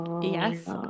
yes